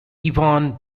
ivan